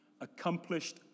accomplished